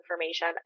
information